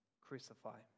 Crucify